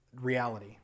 reality